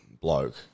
bloke